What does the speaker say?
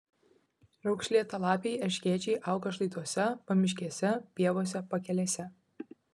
raukšlėtalapiai erškėčiai auga šlaituose pamiškėse pievose pakelėse